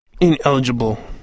Ineligible